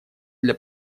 для